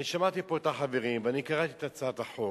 אני שמעתי פה את החברים ואני קראתי את הצעת החוק.